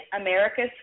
America's